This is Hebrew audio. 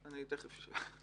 אני תיכף אשאל.